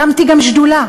הקמתי גם שדולה,